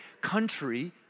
country